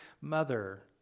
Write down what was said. mother